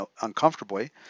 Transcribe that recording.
uncomfortably